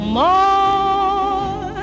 more